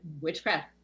witchcraft